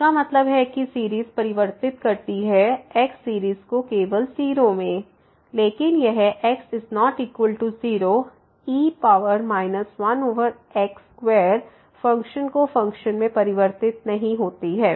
इसका मतलब है कि सीरीज़ परिवर्तित करती है x सीरीज़ को केवल 0 में लेकिन यह x≠0 e 1x2 फ़ंक्शन को फ़ंक्शन में परिवर्तित नहीं होती है